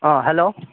अ hello